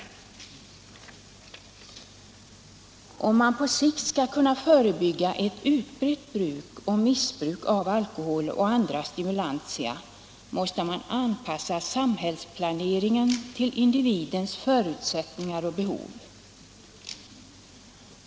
Allmänpolitisk debatt Allmänpolitisk debatt Om man på sikt skall kunna förebygga ett utbrett bruk och missbruk av alkohol och andra stimulantia måste man anpassa samhällsplaneringen till individens förutsättningar och behov.